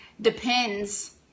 depends